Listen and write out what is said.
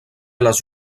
les